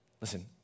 Listen